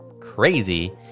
crazy